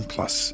Plus